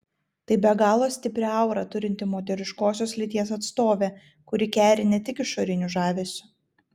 tai be galo stiprią aurą turinti moteriškosios lyties atstovė kuri keri ne tik išoriniu žavesiu